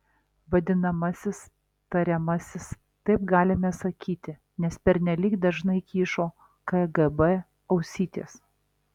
vadinamasis tariamasis taip galime sakyti nes pernelyg dažnai kyšo kgb ausytės